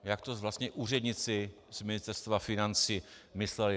jak to vlastně úředníci z Ministerstva financí mysleli.